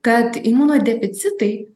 kad imunodeficitai